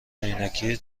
عینکی